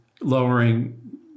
lowering